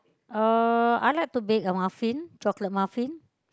uh I like to bake a muffin chocolate muffin